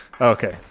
okay